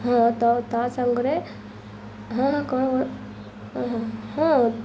ହଁ ତ ତା ସାଙ୍ଗରେ ହଁ କ'ଣ କ'ଣ ହ ହଁ